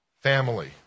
family